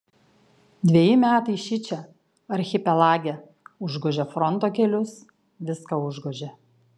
dveji metai šičia archipelage užgožė fronto kelius viską užgožė